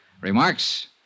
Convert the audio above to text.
Remarks